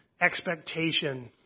expectation